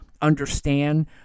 understand